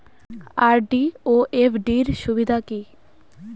RD ও FD র সুবিধা কি?